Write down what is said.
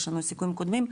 יש לנו סיכומים קודמים,